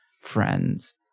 Friends